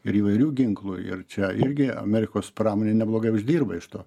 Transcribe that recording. ir įvairių ginklų ir čia irgi amerikos pramonė neblogai uždirba iš to